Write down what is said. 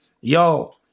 Yo